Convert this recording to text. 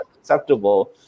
acceptable